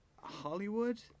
Hollywood